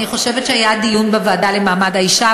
אני חושבת שהיה דיון בוועדה למעמד האישה,